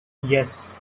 yes